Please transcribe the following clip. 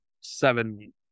seven